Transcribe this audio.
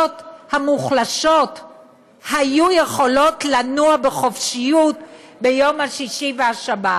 המוחלשות היו יכולות לנוע בחופשיות בשישי ובשבת?